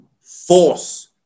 force